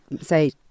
say